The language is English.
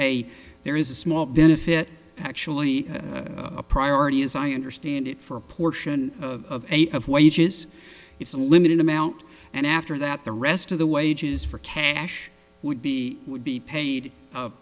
a there is a small benefit actually a priority as i understand it for a portion of a of wages it's a limited amount and after that the rest of the wages for cash would be would be paid